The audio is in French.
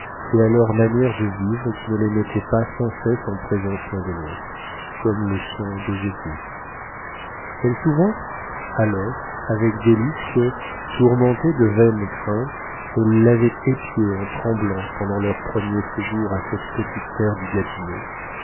et à leur manière de vivre qui ne les mettait pas sans cesse en présence l'un de l'autre comme le sont deux époux elle se souvint alors avec délices que tourmentée de vaines craintes elle l'avait épié en tremblant pendant leur premier séjour à cette petite terre du